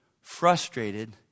frustrated